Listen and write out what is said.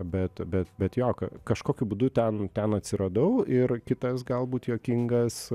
bet bet bet jo ka kažkokiu būdu ten ten atsiradau ir kitas galbūt juokingas